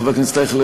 חבר הכנסת אייכלר,